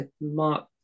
mark